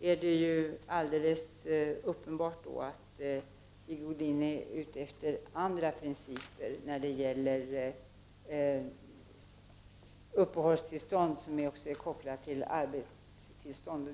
är alldeles uppenbart att Sigge Godin är ute efter nya principer för uppehållstillstånd, som också är kopplat till arbetstillstånd.